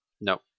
No